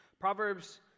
Proverbs